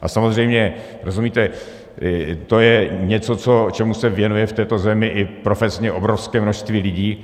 A samozřejmě, rozumíte, to je něco, čemu se věnuje v této zemi i profesně obrovské množství lidí.